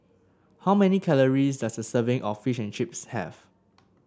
how many calories does a serving of Fish and Chips have